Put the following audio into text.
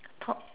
thought